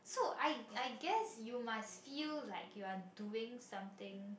so I I guess you must feel like you are doing something